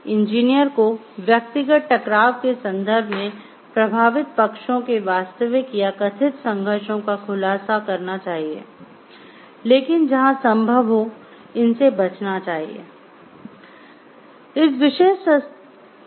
engineer को व्यक्तिगत टकराव के संदर्भ मे प्रभावित पक्षों के वास्तविक या कथित संघर्षों का खुलासा करना चाहिए लेकिन जहां संभव हो इन से बचना चाहिए